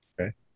Okay